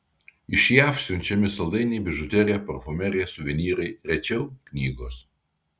iš jav siunčiami saldainiai bižuterija parfumerija suvenyrai rečiau knygos